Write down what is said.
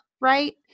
right